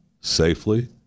safely